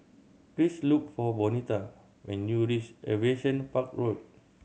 please look for Bonita when you reach Aviation Park Road